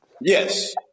Yes